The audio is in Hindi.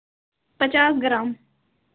पचास ग्राम